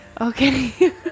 Okay